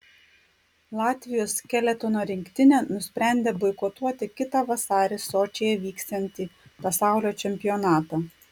latvijos skeletono rinktinė nusprendė boikotuoti kitą vasarį sočyje vyksiantį pasaulio čempionatą